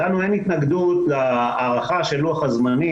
לנו אין התנגדות להארכה של לוח הזמנים,